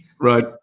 Right